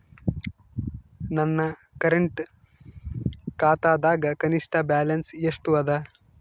ನನ್ನ ಕರೆಂಟ್ ಖಾತಾದಾಗ ಕನಿಷ್ಠ ಬ್ಯಾಲೆನ್ಸ್ ಎಷ್ಟು ಅದ